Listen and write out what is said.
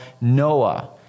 Noah